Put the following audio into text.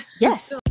Yes